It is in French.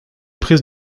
prises